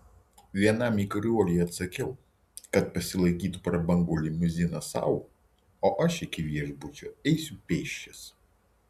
vienam įkyruoliui atsakiau kad pasilaikytų prabangų limuziną sau o aš iki viešbučio eisiu pėsčias